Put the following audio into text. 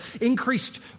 increased